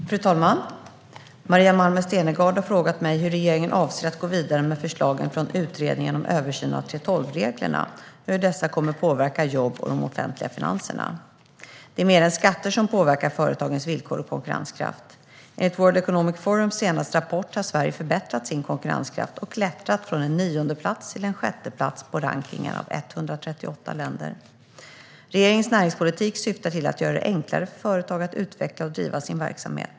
Svar på interpellationer Fru talman! Maria Malmer Stenergard har frågat mig hur regeringen avser att gå vidare med förslagen från utredningen om översyn av 3:12-reglerna och hur dessa kommer att påverka jobb och de offentliga finanserna. Det är mer än skatter som påverkar företagens villkor och konkurrenskraft. Enligt World Economic Forums senaste rapport har Sverige förbättrat sin konkurrenskraft och klättrat från en niondeplats till en sjätteplats på rankningen av 138 länder. Regeringens näringspolitik syftar till att göra det enklare för företag att utveckla och driva sin verksamhet.